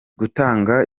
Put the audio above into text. gutanga